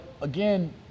again